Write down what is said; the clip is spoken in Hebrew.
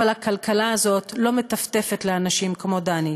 אבל הכלכלה הזאת לא מטפטפת לאנשים כמו דני.